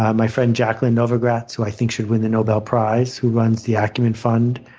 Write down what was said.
um my friend jacqueline novogratz, who i think should win the nobel prize who runs the acumen fund,